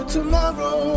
Tomorrow